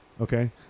Okay